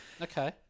Okay